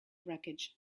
wreckage